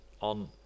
on